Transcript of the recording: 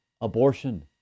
abortion